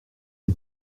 est